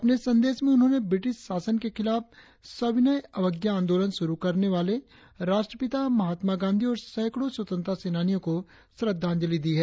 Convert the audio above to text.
अपने संदेश में उन्होंने ब्रिटिश शासन के खिलाफ सविनय अवज्ञा आंदोलन शुरु करने वाले राष्ट्रपिता महात्मा गांधी और सैकड़ों स्वतंत्रता सेनानियों को श्रद्धाजंलि दी है